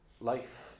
Life